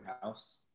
house